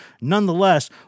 Nonetheless